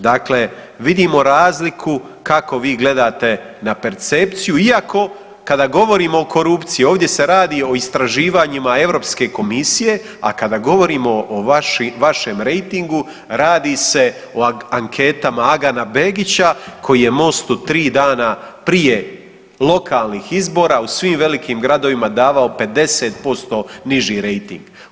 Dakle, vidimo razliku kako vi gledate na percepciju iako kada govorimo o korupciji ovdje se radi o istraživanjima Europske komisije, a kada govorimo o vašem rejtingu radi se o anketama Agana Begića koji je MOST-u 3 dana prije lokalnih izbora u svim velikim gradovima davao 50% niži rejting.